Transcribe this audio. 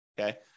Okay